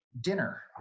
dinner